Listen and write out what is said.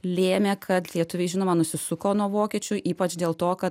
lėmė kad lietuviai žinoma nusisuko nuo vokiečių ypač dėl to kad